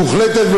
היא מוחלטת,